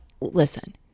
listen